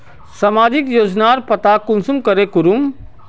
सामाजिक योजनार पता कुंसम करे करूम?